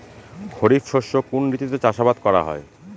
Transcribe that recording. খরিফ শস্য কোন ঋতুতে চাষাবাদ করা হয়?